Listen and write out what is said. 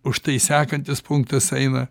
užtai sekantis punktas eina